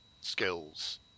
skills